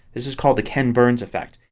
this is called the ken burns effect.